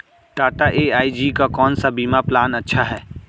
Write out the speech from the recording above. Tata AIG का कौन सा बीमा प्लान अच्छा है?